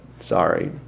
Sorry